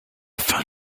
fin